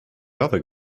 other